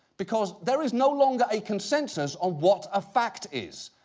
because there is no longer a consensus on what a fact is.